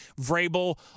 Vrabel